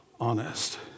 honest